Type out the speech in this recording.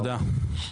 תודה.